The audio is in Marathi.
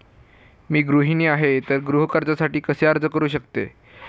मी गृहिणी आहे तर गृह कर्जासाठी कसे अर्ज करू शकते?